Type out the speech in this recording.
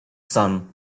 sun